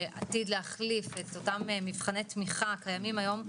שעתיד להחליף את אותם מבחני תמיכה הקיימים היום,